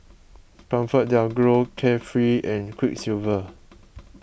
ComfortDelGro Carefree and Quiksilver